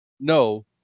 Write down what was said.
no